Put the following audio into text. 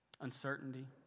Uncertainty